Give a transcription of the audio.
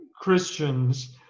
Christians